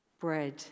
bread